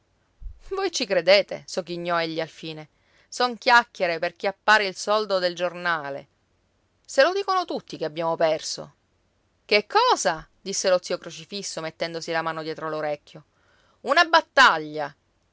voi ci credete sogghignò egli alfine son chiacchiere per chiappare il soldo del giornale se lo dicono tutti che abbiamo perso che cosa disse lo zio crocifisso mettendosi la mano dietro l'orecchio una battaglia